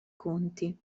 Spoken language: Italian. conti